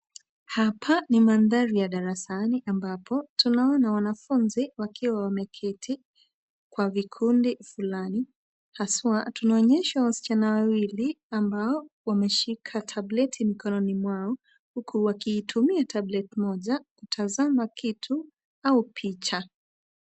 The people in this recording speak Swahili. Hapa ni mandhari ya darasani ambapo tunaona wanafunzi wakiwa wameketi kwa vikundi fulani haswa tunaonyeshwa wasichana wawili ambao wameshika tableti mikononi mwao huku wakiitumia tablet moja kutazama kitu au picha.